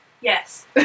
Yes